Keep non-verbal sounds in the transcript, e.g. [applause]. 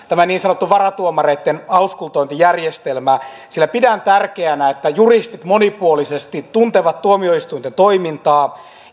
[unintelligible] tämä niin sanottu varatuomareitten auskultointijärjestelmä sillä pidän tärkeänä että juristit monipuolisesti tuntevat tuomioistuinten toimintaa